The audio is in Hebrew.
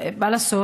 מה לעשות?